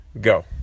Go